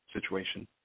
situation